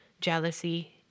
jealousy